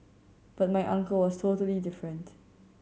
but my uncle was totally different